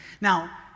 now